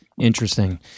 Interesting